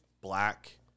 black